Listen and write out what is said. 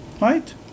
right